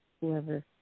whoever